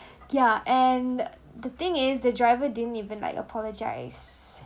ya and uh the thing is the driver didn't even like apologise